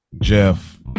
Jeff